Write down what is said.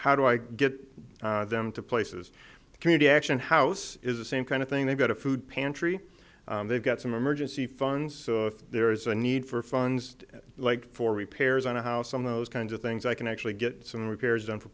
how do i get them to places community action house is the same kind of thing they've got a food pantry they've got some emergency funds so if there is a need for funds like for repairs on a house on those kinds of things i can actually get some repairs done for